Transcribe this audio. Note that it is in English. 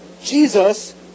Jesus